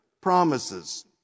promises